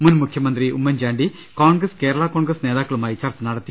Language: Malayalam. മുൻ മുഖ്യമന്ത്രി ഉമ്മൻചാണ്ടി കോൺഗ്രസ് കേരളാ കോൺഗ്രസ് നേതാക്കളുമാ യി ചർച്ച നടത്തി